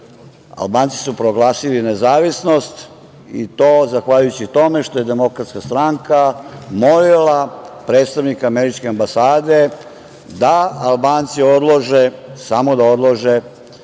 Albanci su proglasili nezavisnost, i to zahvaljujući tome što je DS molila predstavnike američke ambasade da Albanci odlože, samo da odlože,